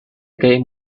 game